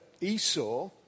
Esau